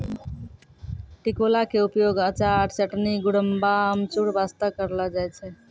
टिकोला के उपयोग अचार, चटनी, गुड़म्बा, अमचूर बास्तॅ करलो जाय छै